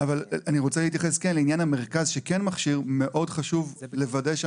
אם אתה לקוי ראייה שצריך שיפתחו לך את